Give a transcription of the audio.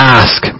ask